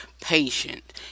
patient